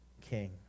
king